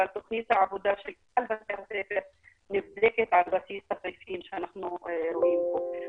אבל תוכנית העבודה נבדקת על בסיס הנתונים שאנחנו רואים פה.